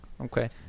Okay